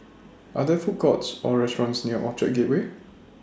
Are There Food Courts Or restaurants near Orchard Gateway